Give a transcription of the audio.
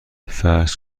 فرض